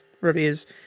reviews